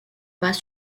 pas